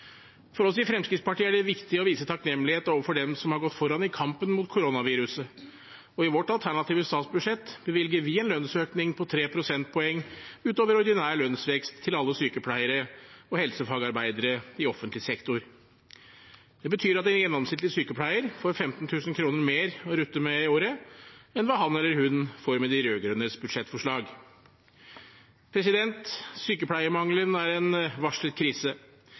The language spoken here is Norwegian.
For oss i Fremskrittspartiet er det viktig å vise takknemlighet overfor dem som har gått foran i kampen mot koronaviruset, og i vårt alternative statsbudsjett bevilger vi en lønnsøkning på 3 prosentpoeng utover ordinær lønnsvekst til alle sykepleiere og helsefagarbeidere i offentlig sektor. Det betyr at en gjennomsnittlig sykepleier får 15 000 kr mer å rutte med i året enn hva han eller hun får med de rød-grønnes budsjettforslag. Sykepleiermangelen er en varslet krise.